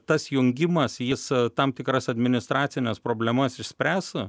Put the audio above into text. tas jungimas jis tam tikras administracines problemas išspręs